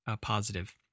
positive